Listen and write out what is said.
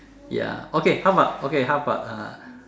ya okay how about okay how about uh